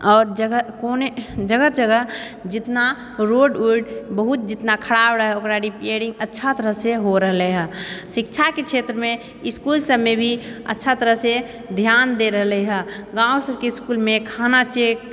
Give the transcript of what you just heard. आओर जगह कोने जगह जगह जितना रोड उड बहुत जितना खराब रहै ओकरा रिपेयरिंग अच्छा तरहसँ हो रहलै हऽ शिक्षाके क्षेत्रमे इसकुल सबमे भी अच्छा तरहसँ धियान दऽ रहलै हऽ गाँव सबके इसकुलमे खाना चेक